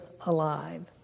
alive